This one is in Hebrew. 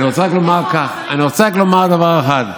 אני רוצה רק לומר דבר אחד: